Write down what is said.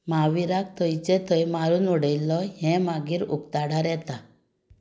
महाविराक थंयचे थंय मारून उडयल्लो हें मागीर उक्ताडार येता